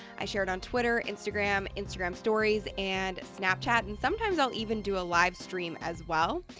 i share it on twitter, instagram, instagram stories, and snapchat, and sometimes i'll even do a live stream as well.